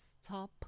stop